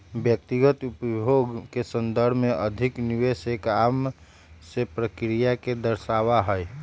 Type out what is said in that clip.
व्यक्तिगत उपभोग के संदर्भ में अधिक निवेश एक आम से क्रिया के दर्शावा हई